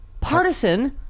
partisan